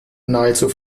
nahezu